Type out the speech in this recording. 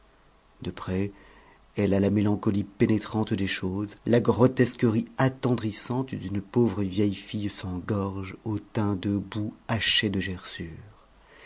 de près elle a la mélancolie pénétrante des choses la grotesquerie attendrissante d'une pauvre vieille fille sans gorge au teint de boue haché de gerçures